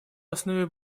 основе